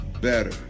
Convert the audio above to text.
better